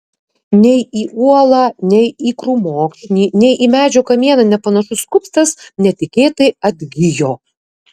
nei į uolą nei į krūmokšnį nei į medžio kamieną nepanašus kupstas netikėtai atgijo